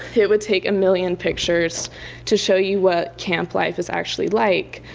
it would take a million pictures to show you what camp life is actually like,